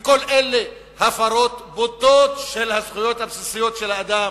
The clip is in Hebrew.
כל אלה הפרות בוטות של הזכויות הבסיסיות של האדם.